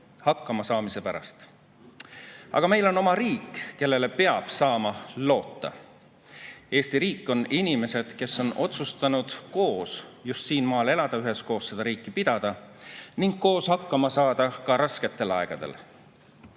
hakkama saamise pärast. Aga meil on oma riik, kellele peab saama loota. Eesti riik on inimesed, kes on otsustanud koos just siin maal elada, üheskoos seda riiki pidada ning koos hakkama saada ka rasketel aegadel.